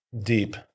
deep